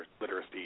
literacy